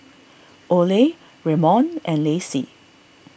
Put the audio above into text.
Ole Raymon and Lacey